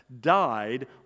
died